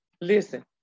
listen